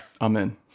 Amen